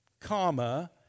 comma